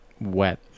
wet